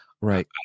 right